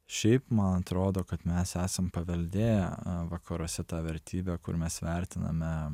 šiaip man atrodo kad mes esam paveldėję vakaruose tą vertybę kur mes vertiname